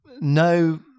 no